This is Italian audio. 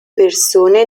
persone